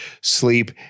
sleep